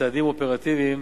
וצעדים אופרטיביים.